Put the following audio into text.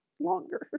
longer